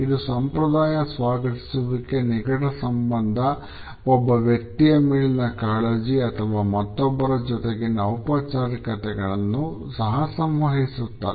ಇದು ಸಂಪ್ರದಾಯ ಸ್ವಾಗತಿಸುವಿಕೆ ನಿಕಟ ಸಂಬಂಧ ಒಬ್ಬ ವ್ಯಕ್ತಿಯ ಮೇಲಿನ ಕಾಳಜಿ ಅಥವಾ ಮತ್ತೊಬ್ಬರ ಜೊತೆಗಿನ ಔಪಚಾರಿಕತೆಗಳನ್ನು ಸಹ ಸಂವಹಿಸುತ್ತದೆ